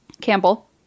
Campbell